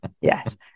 yes